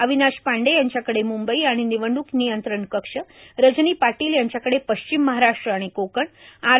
अविनाश पांडे यांच्याकडे म्ंबई आणि निवडणूक नियंत्रण कक्ष रजनी पाटील यांच्याकडे पश्चिम महाराष्ट्र आणि कोकण आर